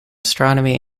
astronomy